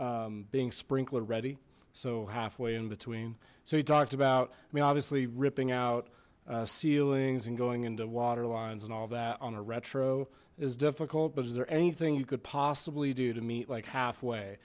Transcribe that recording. being sprinkler ready so halfway in between so he talked about i mean obviously ripping out ceilings and going into water lines and all that on a retro is difficult but is there anything you could possibly do to meet like halfway